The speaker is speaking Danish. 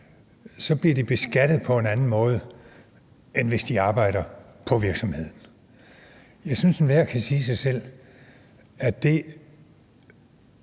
så bliver beskattet på en anden måde, end hvis de arbejder på virksomheden. Jeg synes, enhver kan sige sig selv, at det